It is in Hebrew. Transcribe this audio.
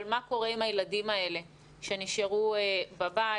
מה קורה עם הילדים האלה שנשארו בבית,